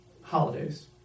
holidays